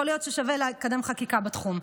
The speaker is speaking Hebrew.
יכול להיות ששווה לקדם חקיקה בתחום,